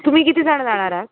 तुम्ही किती जणं जाणार आहात